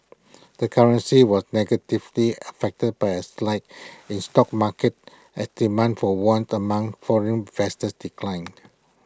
the currency was negatively affected by A slide in stock markets as demand for once among foreign investors declined